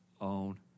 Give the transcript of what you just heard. own